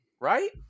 right